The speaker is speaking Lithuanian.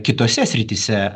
kitose srityse